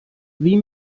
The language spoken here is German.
wie